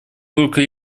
только